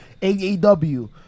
AAW